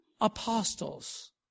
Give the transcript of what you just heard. apostles